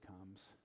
comes